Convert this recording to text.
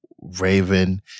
Raven